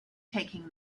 taking